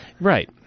Right